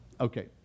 Okay